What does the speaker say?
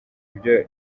ibyo